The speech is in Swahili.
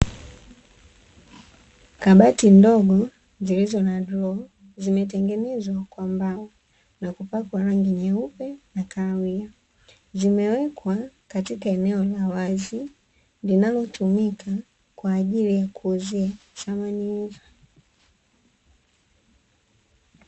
Kabati ndogo zilizo na droo, zimetengenezwa kwa mbao na kupakwa rangi nyeupe na kahawia. Zimewekwa katika eneo la wazi, linalotumika kwa ajili ya kuuzia samani hizo.